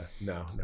no